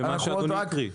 במה שאדוני הקריא.